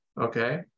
okay